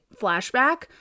flashback